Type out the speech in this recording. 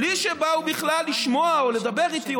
בלי שהם באו בכלל לשמוע או לדבר איתי,